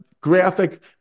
graphic